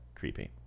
creepy